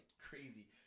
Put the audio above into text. crazy